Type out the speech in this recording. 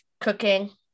cooking